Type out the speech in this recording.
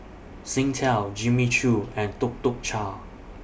Singtel Jimmy Choo and Tuk Tuk Cha